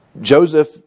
Joseph